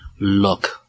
look